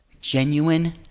genuine